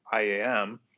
IAM